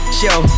show